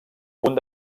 punt